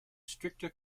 stricter